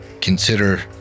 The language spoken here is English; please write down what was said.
consider